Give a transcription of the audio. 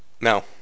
No